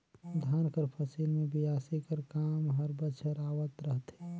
धान कर फसिल मे बियासी कर काम हर बछर आवत रहथे